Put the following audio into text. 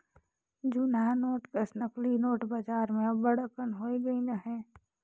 जुनहा नोट कस नकली नोट बजार में अब्बड़ अकन होए गइन अहें